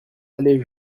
allée